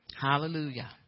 Hallelujah